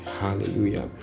hallelujah